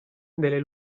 delle